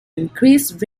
increased